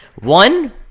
One